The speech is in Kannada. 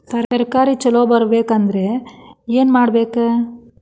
ತರಕಾರಿ ಛಲೋ ಬರ್ಬೆಕ್ ಅಂದ್ರ್ ಏನು ಮಾಡ್ಬೇಕ್?